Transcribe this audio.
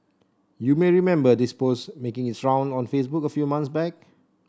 you may remember this post making its round on Facebook a few month back